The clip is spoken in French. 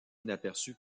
inaperçue